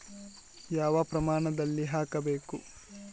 ಯಾವ ಪ್ರಮಾಣದಲ್ಲಿ ಹಾಕಬೇಕು?